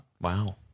Wow